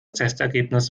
testergebnis